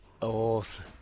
Awesome